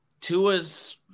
Tua's